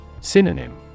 Synonym